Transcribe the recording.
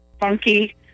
funky